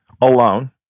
alone